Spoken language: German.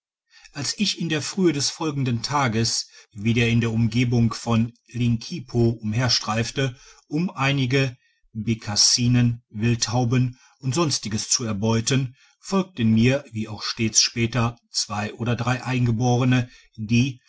als ich in der frühe des folgenden tages wieder in der umgebung von linkipo umherstreifte um einige bekassinen wildtauben und sonstiges zu erbeuten folgten mir wie auch stets später zwei oder drei eingeborene die